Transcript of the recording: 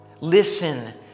Listen